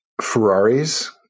Ferraris